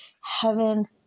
heaven